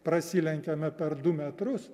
prasilenkiame per du metrus